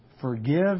Forgive